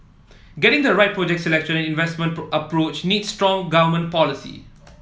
getting the right project selection and investment approach needs strong government policy